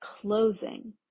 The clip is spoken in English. closing